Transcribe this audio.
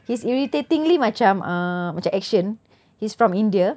he's irritatingly macam uh macam action he's from india